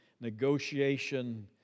negotiation